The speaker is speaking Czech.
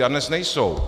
A dnes nejsou.